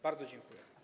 Bardzo dziękuję.